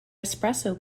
espresso